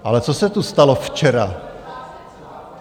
Ale co se tu stalo včera?